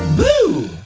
boo!